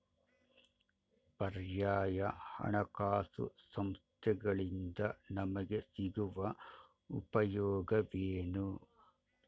ಪರ್ಯಾಯ ಹಣಕಾಸು ಸಂಸ್ಥೆಗಳಿಂದ ನಮಗೆ ಸಿಗುವ ಉಪಯೋಗವೇನು?